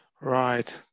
right